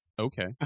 Okay